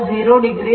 ಈ 14